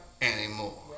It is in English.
anymore